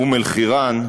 אום-אלחיראן,